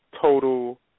total